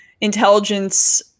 intelligence